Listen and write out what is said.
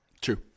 True